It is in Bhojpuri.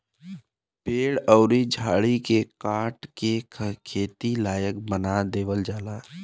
पेड़ अउर झाड़ी के काट के खेती लायक बना देवल जाला